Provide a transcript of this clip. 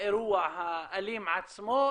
האירוע האלים עצמו,